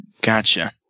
Gotcha